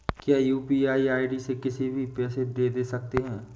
क्या UPI ID से किसी से भी पैसे ले दे सकते हैं?